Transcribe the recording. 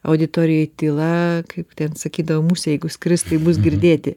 auditorijai tyla kaip sakydavo musė jeigu skristų ji bus girdėti